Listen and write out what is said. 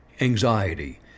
anxiety